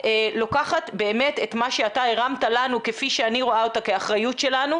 לוקחת באמת את מה שאתה הרמת לנו כפי שאני רואה אותה כאחריות שלנו,